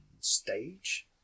stage